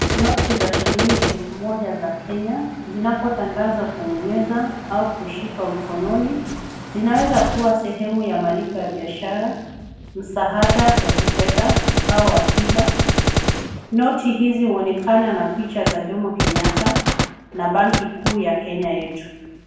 Noti za shilingi elfu moja za Kenya, inapotandazwa kwenye meza au kushikwa mkononi, inaweza kua ni malipo ya biashara, msaada wa kifesha au hakiba. Noti hizi huonekana na picha za Jomo Kenyatta na banki kuu ya Kenya yeto.